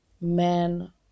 men